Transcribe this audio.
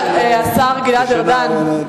השר גלעד ארדן,